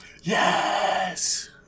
Yes